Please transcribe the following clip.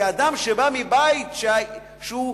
כאדם שבא מבית של היסטוריון,